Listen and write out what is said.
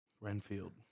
Renfield